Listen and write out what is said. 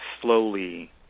slowly